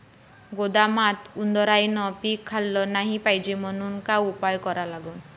गोदामात उंदरायनं पीक खाल्लं नाही पायजे म्हनून का उपाय करा लागन?